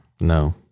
No